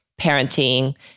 parenting